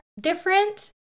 different